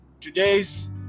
today's